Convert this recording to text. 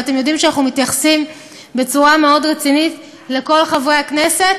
ואתם יודעים שאנחנו מתייחסים בצורה מאוד רצינית לכל חברי הכנסת